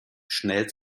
schnell